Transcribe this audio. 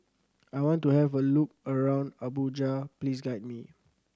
I want to have a look around Abuja please guide me